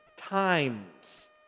times